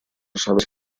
sabes